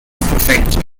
prefecture